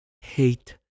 hate